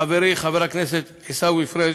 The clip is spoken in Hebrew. חברי חבר הכנסת עיסאווי פריג'